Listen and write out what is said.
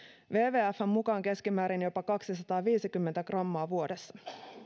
wwfn mukaan keskimäärin jopa kaksisataaviisikymmentä grammaa vuodessa